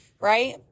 right